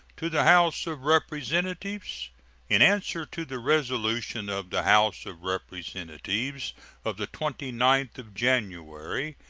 to the house of representatives in answer to the resolution of the house of representatives of the twenty ninth of january,